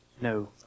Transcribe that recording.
no